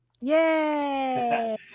Yay